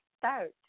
start